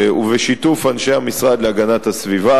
ובשיתוף אנשי המשרד להגנת הסביבה